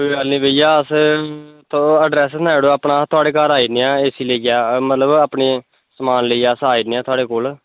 कोई गल्ल निं भेइया अस तोह् अड्रैस सनाई ड़ो अपना अह थोआड़े घर आई जन्नें आं ए सी लेइयै मतलब अपना समान लेइया अस आई जन्नें आं थोआड़े कोल